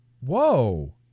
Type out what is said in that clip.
Whoa